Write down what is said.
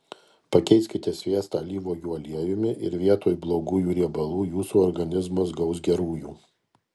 pakeiskite sviestą alyvuogių aliejumi ir vietoj blogųjų riebalų jūsų organizmas gaus gerųjų